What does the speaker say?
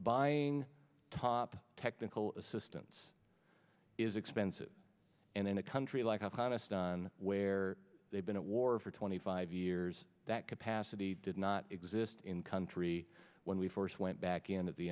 buying top technical assistance is expensive and in a country like afghanistan where they've been at war for twenty five years that capacity did not exist in country when we first went back in at the